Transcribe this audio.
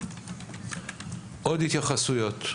עוד התייחסויות.